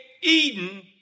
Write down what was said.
Eden